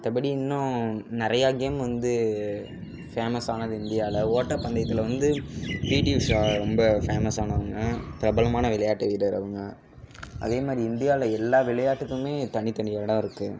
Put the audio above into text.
மற்றபடி இன்னும் நிறையா கேம் வந்து ஃபேமஸ் ஆனது இந்தியாவில ஓட்டப்பந்தயத்தில் வந்து பீட்டி உஷா ரொம்ப ஃபேமஸ் ஆனவங்கள் பிரபலமான விளையாட்டு வீரர் அவங்க அதே மாதிரி இந்தியாவில எல்லா விளையாட்டுக்குமே தனித் தனி இடம் இருக்குது